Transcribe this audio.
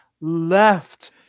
left